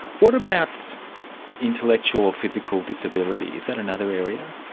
what about intellectual or physical disability, is that another area?